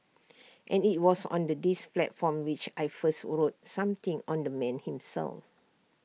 and IT was on the this platform which I first wrote something on the man himself